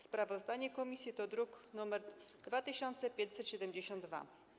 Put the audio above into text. Sprawozdanie komisji to druk nr 2572.